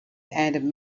and